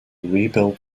rebuild